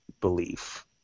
belief